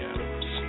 Adams